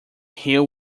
hill